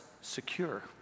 secure